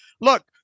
look